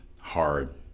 hard